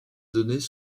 données